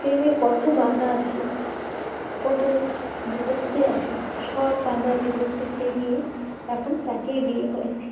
প্রেমে কত বাধা আসে কত বিপত্তি আসে সব বাধা বিপত্তি পেরিয়ে এখন তাকেই বিয়ে করেছি